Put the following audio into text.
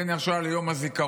בין יום השואה ליום הזיכרון